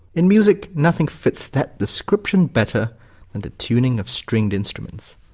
in music, nothing fits that description better than the tuning of stringed instruments.